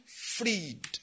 freed